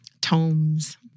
tomes